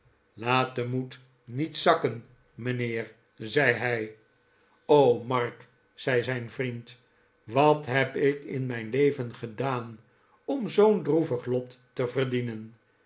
laat den maed niet zakken mijnheer zei hij q mark zei zijn vriend wat heb ik in mijn leven gedaan om zoo'n droevig lot te verdienen